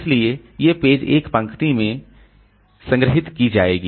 इसलिए ये पेज एक पंक्ति एक में संग्रहीत की जाएगी